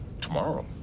Tomorrow